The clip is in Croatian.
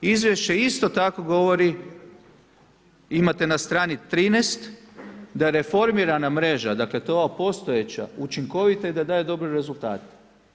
Izvješće isto tako govori, imate na strani 13, da reformirana mreža, dakle to je ova postojeća, učinkovita i da daje dobre rezultate.